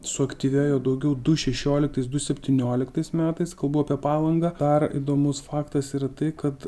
suaktyvėjo daugiau du šešioliktais du septynioliktais metais kalbu apie palangą dar įdomus faktas yra tai kad